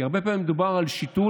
כי הרבה פעמים מדובר על שיטור,